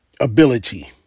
ability